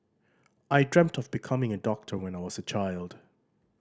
I dreamt of becoming a doctor when I was a child